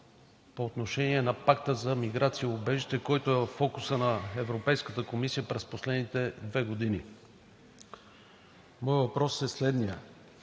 по отношение на Пакта за миграция и убежище, който е във фокуса на Европейската комисия през последните две години. Моят въпрос е следният: